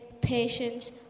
patience